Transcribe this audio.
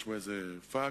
יש בו איזה "פאק",